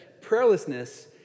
prayerlessness